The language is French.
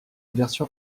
version